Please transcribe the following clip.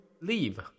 leave